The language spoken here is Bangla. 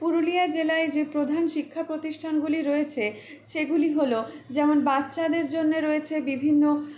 পুরুলিয়া জেলায় যে প্রধান শিক্ষা প্রতিষ্ঠানগুলি রয়েছে সেগুলি হল যেমন বাচ্চাদের জন্যে রয়েছে বিভিন্ন